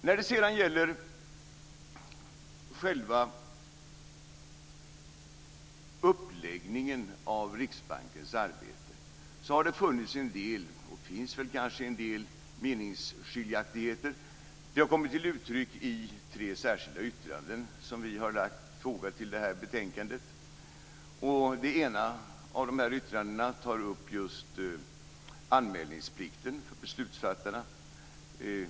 När det sedan gäller själva uppläggningen av Riksbankens arbete har det funnits en del, och finns kanske en del, meningsskiljaktigheter. Det har kommit till uttryck i tre särskilda yttranden som vi har fogat till det här betänkandet. Det ena yttrandet tar upp anmälningsplikten för beslutsfattarna.